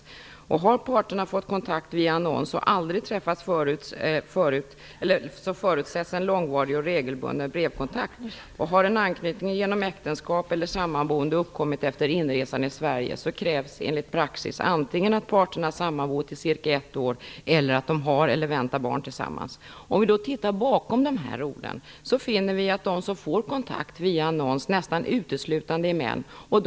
Har parterna fått konktakt via annons och aldrig träffats förutsätts en långvarig och regelbunden brevkontakt. Har en anknytning genom äktenskap eller sammanboende uppkommit efter inresan i Sverige krävs enligt praxis antingen att parterna har sammanbott i cirka ett år eller att de har eller väntar barn tillsammans. Om vi tittar bakom dessa ord finner vi att de som får konktakt via annons nästan uteslutande är män.